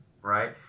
right